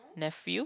nephew